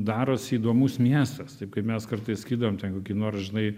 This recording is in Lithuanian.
darosi įdomus miestas taip kaip mes kartais sakydavom ten kokį nors žinai